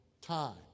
time